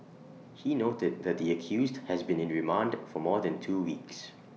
he noted that the accused has been in remand for more than two weeks